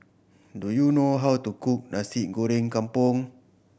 do you know how to cook Nasi Goreng Kampung